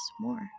more